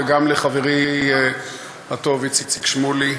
וגם לחברי הטוב איציק שמולי.